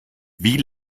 wie